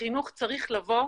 החינוך צריך לבוא,